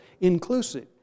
inclusive